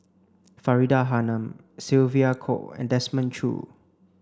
Faridah Hanum Sylvia Kho and Desmond Choo